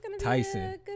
Tyson